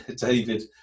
David